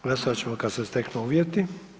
Glasovat ćemo kad se steknu uvjeti.